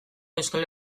euskal